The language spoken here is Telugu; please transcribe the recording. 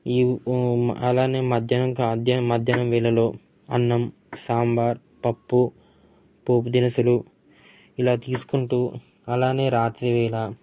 ఈ వోమ్ అలానే మధ్యానం కా మధ్యానం వేళలో అన్నం సాంబార్ పప్పు పోపు దినుసులు ఇలా తీసుకుంటూ అలానే రాత్రి వేళ